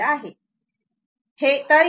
हे open circuit केलेले आहे